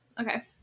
okay